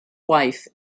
wife